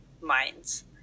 minds